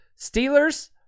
Steelers